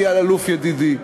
אלי אלאלוף ידידי,